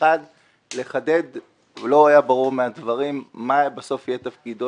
לא היה ברור מהדברים מה יהיה בסוף תפקידו